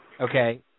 okay